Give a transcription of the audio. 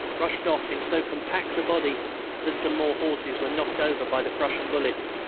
rushed off in so compact a body that some more horses were knocked over by the prussian bullets.